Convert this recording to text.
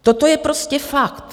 Toto je prostě fakt.